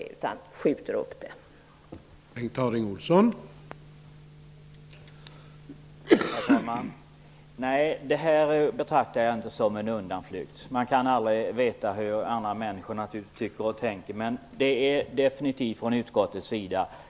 I stället skjuter man upp frågan.